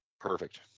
Perfect